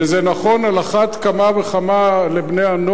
וזה נכון על אחת כמה וכמה לבני-הנוער,